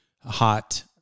Hot